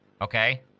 Okay